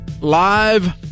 Live